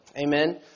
Amen